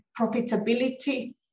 profitability